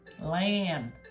land